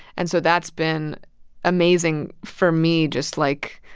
and so that's been amazing for me just, like,